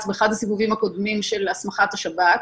באחד הסיבובים הקודמים של הסמכת השב"כ,